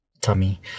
tummy